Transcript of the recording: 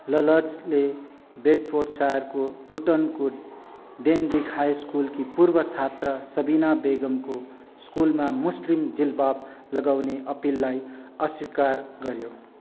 ल लर्ड्सले बेडफोर्डसायरको लुटनको डेनबिग हाई सकुलकी पूर्व छात्रा सबिना बेगमको स्कुलमा मुस्लिम जिल्बाब लगाउने अपीललाई अस्वीकार गऱ्यो